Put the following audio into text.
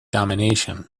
domination